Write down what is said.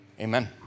Amen